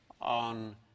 on